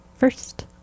First